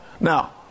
Now